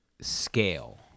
scale